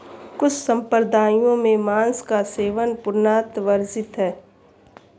कुछ सम्प्रदायों में मांस का सेवन पूर्णतः वर्जित है